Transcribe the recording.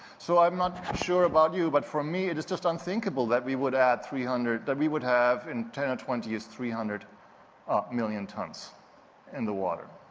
so, i'm not sure about you, but for me it is just unthinkable that we would add three hundred. that we would have, in ten or twenty years, three hundred ah million tons in the water.